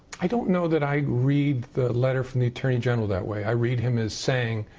i don't know that i read the letter from the attorney general that way. i read him as saying,